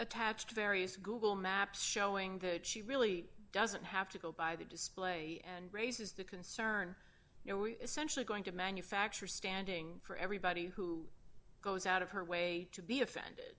attached to various google maps showing that she really doesn't have to go by the display and raises the concern you know essentially going to manufacture standing for everybody who goes out of her way to be offended